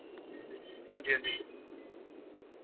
हांजी हांजी